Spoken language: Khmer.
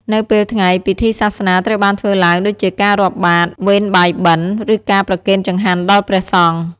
នៅពេលថ្ងៃ ពិធីសាសនាត្រូវបានធ្វើឡើងដូចជាការរាប់បាត្រ វេនបាយបិណ្ឌ ឬការប្រគេនចង្ហាន់ដល់ព្រះសង្ឃ។